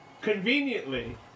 conveniently